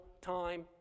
time